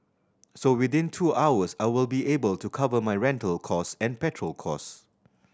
so within two hours I will be able to cover my rental cost and petrol cost